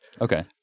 okay